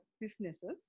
businesses